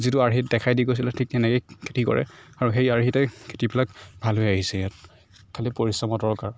যিটো আৰ্হি দেখাই দি গৈছিলে ঠিক তেনেকে খেতি কৰে আৰু সেই আৰ্হিতে খেতিবিলাক ভাল হৈ আহিছে ইয়াত খালি পৰিশ্ৰমৰ দৰকাৰ